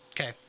Okay